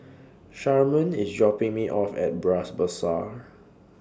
Sharman IS dropping Me off At Bras Basah